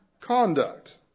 conduct